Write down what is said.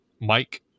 mike